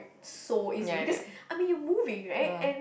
so easily because I mean you moving right and